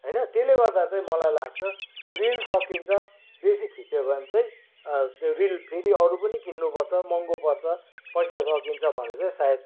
होइन त्यसले गर्दा चाहिँ मलाई लाग्छ त्यो रिल सकिन्छ बेसी खिच्यो भने चाहिँ रिल फेरि अरू पनि किन्नुपर्छ महँगो पर्छ पैसा सकिन्छ भनेर सायद